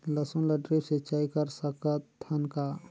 लसुन ल ड्रिप सिंचाई कर सकत हन का?